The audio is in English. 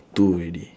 two already